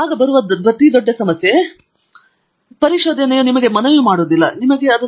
ಆಗ ಬರುವ ದೊಡ್ಡ ಸಮಸ್ಯೆ ಪ್ರತೀ ದಿನ ನಿಮ್ಮ ಸಂಶೋಧನೆಯ ಭಾಗವಾಗಿರುವ ನೀವು ಮಾಡುವ ಪರಿಶೋಧನೆಯು ನಿಮಗೆ ಮನವಿ ಮಾಡುವುದಿಲ್ಲ ಎಂದು ನಿಮಗೆ ತಿಳಿದಿದೆ